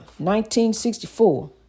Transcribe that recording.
1964